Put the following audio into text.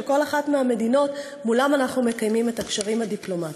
כל אחת מהמדינות שמולן אנחנו מקיימים את הקשרים הדיפלומטיים.